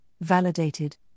validated